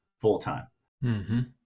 full-time